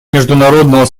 международного